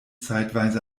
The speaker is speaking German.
zeitweise